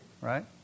right